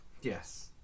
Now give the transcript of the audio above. Yes